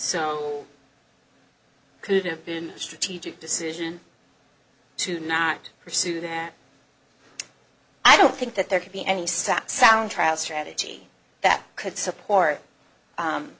so could have been a strategic decision to not pursue their i don't think that there could be any sap sound trial strategy that could support